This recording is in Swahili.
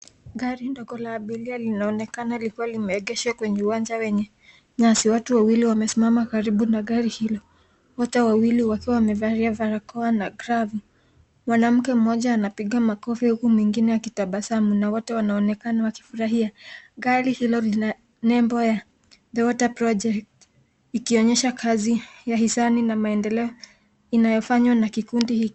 Gari ndogo la abiria linaonekana likiwa limeegeshwa kwenye uwanja wenye nyasi. Watu wawili wamesimama karibu na gari hilo. Wote wawili wakiwa wamevalia barakoa na glavu. Mwanamke mmoja anapiga makofi huku mwingine akitabasamu na wote wanaonekana wakifurahia. Gari hilo lina nembo ya the water project , ikionyesha kazi ya hisani na maendeleo inayofanywa na kikundi hiki.